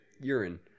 Urine